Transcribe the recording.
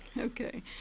Okay